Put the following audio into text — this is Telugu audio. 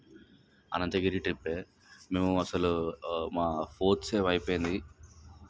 అనంతగిరి ట్రిప్పే మేము అసలు మా ఫోర్త్ సెమ్ అయిపోయింది